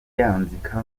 yanzika